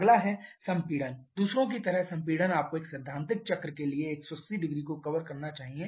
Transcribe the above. अगला है संपीड़न दूसरों की तरह संपीड़न आपको एक सैद्धांतिक चक्र के लिए 1800 को कवर करना चाहिए